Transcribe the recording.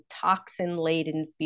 toxin-laden